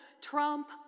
Trump